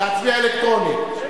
להצביע אלקטרוני.